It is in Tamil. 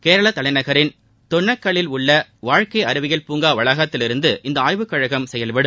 கேரள தலைநகரின் தொன்னக்காலில் உள்ள வாழ்க்கை அறிவியல் பூங்கா வளாகத்திலிருந்து இந்த ஆய்வுக்கழகம் செயல்படும்